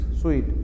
sweet